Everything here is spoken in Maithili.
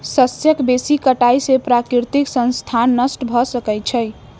शस्यक बेसी कटाई से प्राकृतिक संसाधन नष्ट भ सकै छै